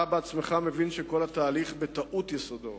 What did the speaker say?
אתה עצמך מבין שכל התהליך בטעות יסודו.